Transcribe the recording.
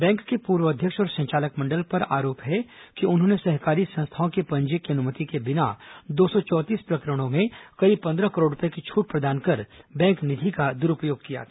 bank के पूर्व अध्यक्ष और संचालक मंडल पर आरोप है कि उन्होंने सहकारी संस्थाओं के पंजीयक की अनुमति के बिना दो सौ चौंतीस प्रकरणों में करीब पंद्रह करोड़ रूपये की छूट प्रदान कर बैंक निधि का द्रूपयोग किया था